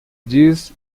diz